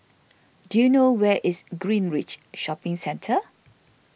do you know where is Greenridge Shopping Centre